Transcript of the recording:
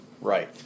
Right